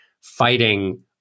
fighting